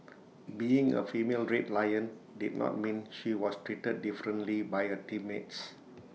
being A female red lion did not mean she was treated differently by her teammates